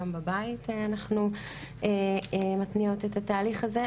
גם בבית אנחנו מתניעות את התהליך הזה.